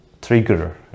trigger